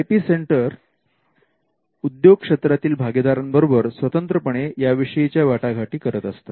I P centres उद्योग क्षेत्रातील भागीदारांबरोबर स्वतंत्रपणे याविषयीच्या वाटाघाटी करत असतात